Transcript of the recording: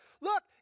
look